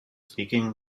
speaking